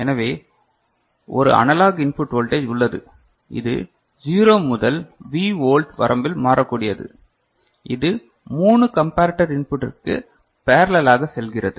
எனவே ஒரு analog input voltage உள்ளது இது 0 முதல் V வோல்ட் வரம்பில் மாறக்கூடியது இது 3 கம்பரட்டர் இன்புட்டிற்கு பேரலல் ஆக செல்கிறது